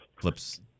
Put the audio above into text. flips